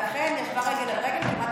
ולכן ישבה רגל על רגל,